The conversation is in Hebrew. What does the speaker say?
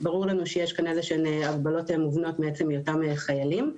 ברור לנו שיש כאן איזה שהן הגבלות מובנות מעצם היותם חיילים.